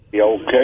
Okay